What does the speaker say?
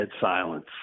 silence